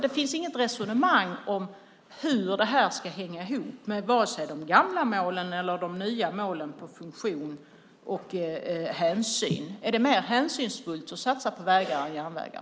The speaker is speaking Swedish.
Det finns inget resonemang om hur detta ska hänga ihop vare sig med de gamla målen eller med de nya målen i fråga om funktion och hänsyn. Är det mer hänsynsfullt att satsa på vägar än på järnvägar?